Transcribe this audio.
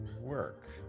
work